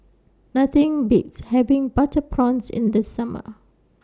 Nothing Beats having Butter Prawns in The Summer